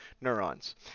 neurons